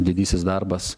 didysis darbas